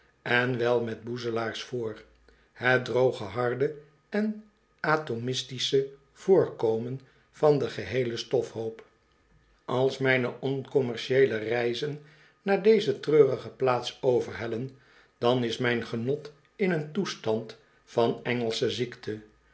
en wel met boezelaars voor het droge harde en atomistische voorkomen van den geheelen stofhoop als mijne oncommercieele reizen naar deze treurige plaats overhellen dan is mijn genot in een toestand van engelsche ziekte